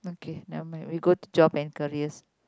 okay never mind we go to job and careers